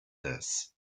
this